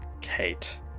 Kate